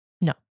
No